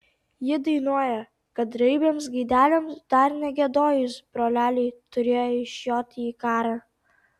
ji dainuoja kad raibiems gaideliams dar negiedojus broleliai turėjo išjoti į karą